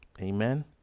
Amen